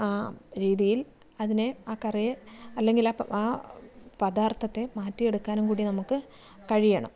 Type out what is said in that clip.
രീതിയിൽ അതിനെ ആ കറിയെ അല്ലെങ്കിൽ ആ പദാർത്ഥത്തെ മാറ്റിയെടുക്കാനും കൂടി നമുക്ക് കഴിയണം